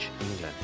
England